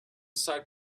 side